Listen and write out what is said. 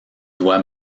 doit